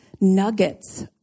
nuggets